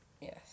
Yes